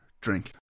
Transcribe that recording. drink